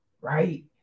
Right